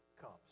comes